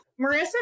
Marissa